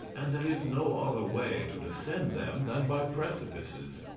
and there is no other way to descend them than by precipices.